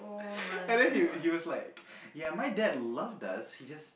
and then he he was like ya my dad loved us